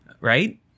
right